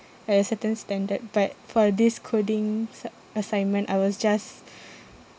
a certain standard but for this codings a~ assignment I was just